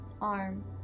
arm